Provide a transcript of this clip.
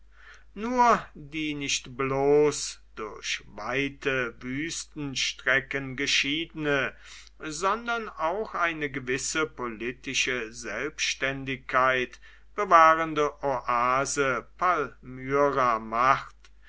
nur die nicht bloß durch weite wüstenstrecken geschiedene sondern auch eine gewisse politische selbständigkeit bewahrende oase palmyra macht